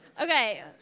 Okay